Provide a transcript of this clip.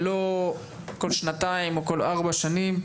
ולא כל שנתיים או כל ארבע שנים,